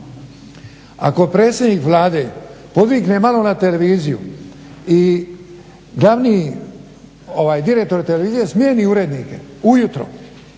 Ako predsjednik Vlade podvikne malo na televiziju i glavni direktor televizije smijeni urednike ujutro,